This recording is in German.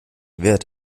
wird